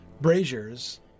braziers